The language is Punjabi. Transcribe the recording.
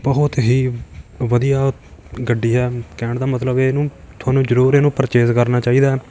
ਬਹੁਤ ਹੀ ਵਧੀਆ ਗੱਡੀ ਹੈ ਕਹਿਣ ਦਾ ਮਤਲਬ ਇਹਨੂੰ ਤੁਹਾਨੂੰ ਜ਼ਰੂਰ ਇਹਨੂੰ ਪਰਚੇਜ ਕਰਨਾ ਚਾਹੀਦਾ